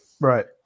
Right